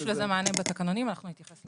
יש לזה מענה בתקנונים, אנחנו נתייחס לזה.